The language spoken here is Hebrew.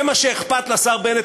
זה מה שאכפת לשר בנט?